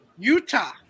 Utah